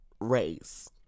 race